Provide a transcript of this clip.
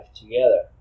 together